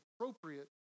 appropriate